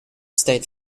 state